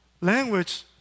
Language